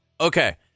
okay